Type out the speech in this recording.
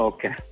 Okay